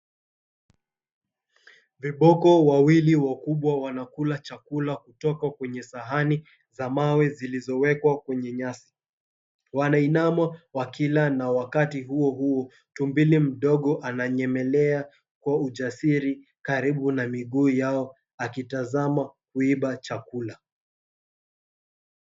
Viboko wawili wakubwa wanakula chakula kutoka kwenye sahani za mawe zilizowekwa kwenye nyasi. Wanainama wakila na wakati huo huo 𝑡umbili mdogo ananyemelea kwa ujasiri karibu na miguu yao akitazama kuiba chakula.